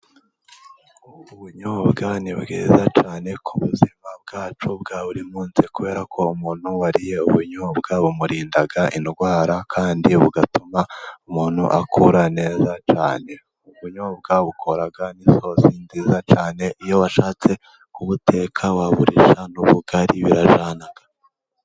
Ubunyobwa ni bwiza cyane ku buzima bwacu bwa buri munsi kubera ko umuntu wariye ubunyobwa bumurinda indwara, kandi bugatuma umuntu akura neza cyane. Ubunyobwa bukora n'isosi nziza cyane, iyo washatse kubuteka wabushira mu ubukari birajyana.